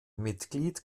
mitglied